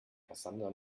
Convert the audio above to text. cassandra